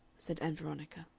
said ann veronica.